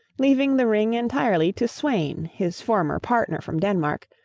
leaving the ring entirely to sweyn, his former partner from denmark,